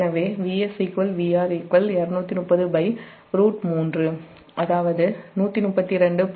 எனவே | 𝑽𝑺 || 𝑽R | 230 √3 அதாவது 132